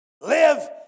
live